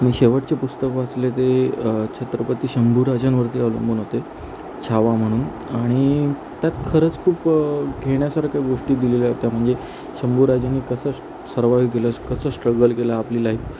मी शेवटचे पुस्तक वाचले ते छत्रपती शंभू राजांवरती अवलंबून होते छावा म्हणून आणि त्यात खरच खूप घेण्यासारख्या गोष्टी दिलेल्या होत्या ते म्हणजे शंभू राजांनी कसं सर्वाइव्ह केलं कसं स्ट्रगल केलं आपली लाईफ